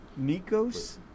Nikos